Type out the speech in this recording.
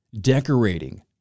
decorating